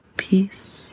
peace